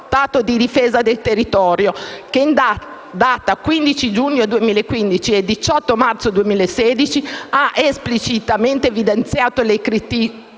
locale comitato di difesa del territorio che, in data 15 giugno 2015 e 18 marzo 2016, ha esplicitamente evidenziato le criticità